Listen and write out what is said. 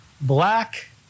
black